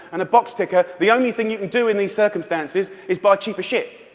and a box-ticker, the only thing you can do in these circumstances is buy cheaper shit.